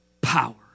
power